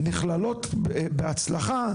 נכללת בהצלחה,